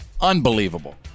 unbelievable